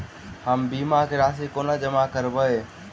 हम बीमा केँ राशि कोना जमा करबै?